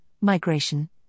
migration